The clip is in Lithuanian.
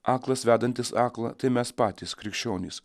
aklas vedantis aklą tai mes patys krikščionys